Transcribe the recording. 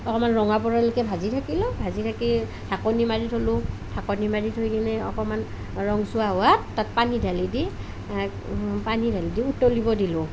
অকণমান ৰঙা পৰালৈকে ভাজি থাকিলোঁ ভাজি থাকি ঢাকনী মাৰি থলোঁ ঢাকনী মাৰি থৈ কিনে অকণমান ৰঙচুৱা হোৱাত তাত পানী ঢালি দি পানী ঢালি দি উতলিব দিলোঁ